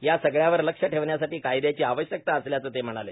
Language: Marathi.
या सगळ्यावर लक्ष ठेवण्यासाठी कायदयाची आवश्यकता असल्याचं ते म्हणाले